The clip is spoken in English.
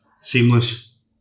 Seamless